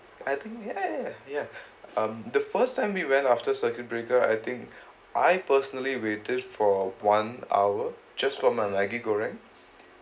I think ya ya ya um the first time we went after circuit breaker I think I personally waited for one hour just for my maggi goreng